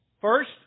First